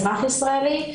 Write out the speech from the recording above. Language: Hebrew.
אזרח ישראלי,